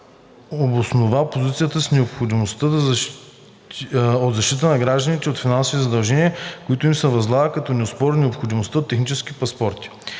обоснова позицията си с необходимостта от защитата на гражданите от финансовите задължения, които им се възлагат, като не оспори необходимостта от техническите паспорти.